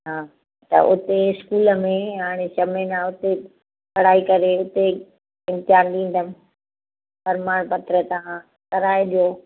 हा त उते स्कूल में हाणे छह महीना उते पढ़ाई करे उते ई इम्तिहान ॾींदमि प्रमाण पत्र तव्हां कराए ॾियो